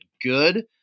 good